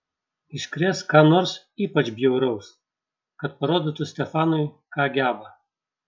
iškrės ką nors ypač bjauraus kad parodytų stefanui ką geba